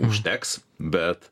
užteks bet